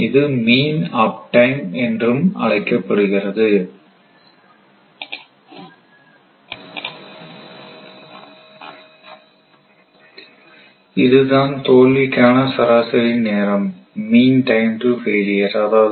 இது mean uptime என்றும் அழைக்கபடுகிறது இதுதான் தோல்விக்கான சராசரி நேரம் அதாவது